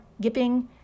Gipping